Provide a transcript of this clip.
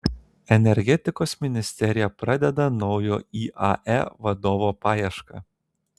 energetikos ministerija pradeda naujo iae vadovo paiešką